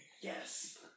Yes